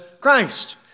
Christ